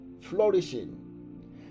Flourishing